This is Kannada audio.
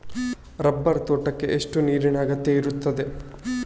ರಬ್ಬರ್ ತೋಟಕ್ಕೆ ಎಷ್ಟು ನೀರಿನ ಅಗತ್ಯ ಇರುತ್ತದೆ?